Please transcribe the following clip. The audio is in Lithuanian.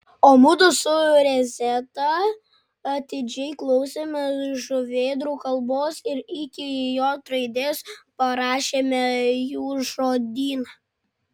o mudu su rezeta atidžiai klausėmės žuvėdrų kalbos ir iki j raidės parašėme jų žodyną